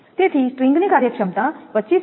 તેથી સ્ટ્રિંગ ની કાર્યક્ષમતા 25